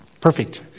perfect